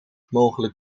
mogelijk